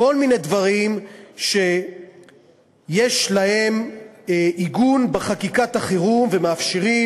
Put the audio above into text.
כל מיני דברים שיש להם עיגון בחקיקת החירום ומאפשרים